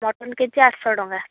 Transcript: mutton KG ଆଠଶହ ଟଙ୍କା